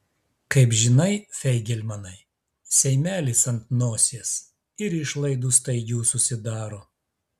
kaip žinai feigelmanai seimelis ant nosies ir išlaidų staigių susidaro